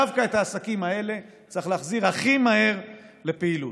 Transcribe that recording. דווקא את העסקים האלה צריך להחזיר הכי מהר לפעילות.